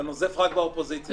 אתה נוזף רק באופוזיציה.